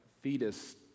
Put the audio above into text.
fetus